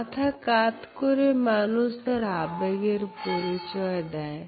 মাথা কাত করে মানুষ তার আবেগের পরিচয় দেয়